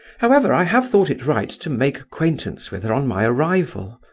however, i have thought it right to make acquaintance with her on my arrival.